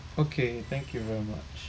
okay thank you very much